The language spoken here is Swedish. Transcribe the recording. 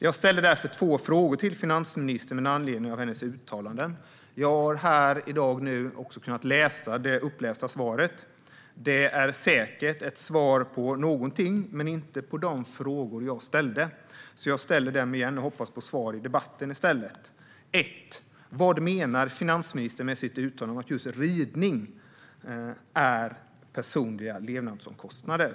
Jag ställer därför två frågor till finansministern med anledning av hennes uttalanden. Jag har här i dag också kunnat läsa det upplästa svaret. Det är säkert ett svar på någonting men inte på de frågor jag ställde. Jag ställer därför frågorna igen och hoppas i stället på svar i debatten. För det första: Vad menar finansministern med sitt uttalande om att just ridning är personliga levnadsomkostnader?